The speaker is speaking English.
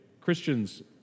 Christians